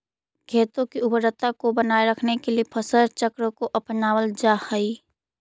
खेतों की उर्वरता को बनाए रखने के लिए फसल चक्र को अपनावल जा हई